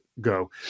go